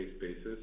basis